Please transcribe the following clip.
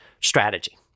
strategy